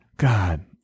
god